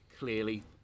clearly